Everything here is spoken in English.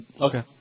Okay